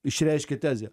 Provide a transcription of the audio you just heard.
išreiškia tezę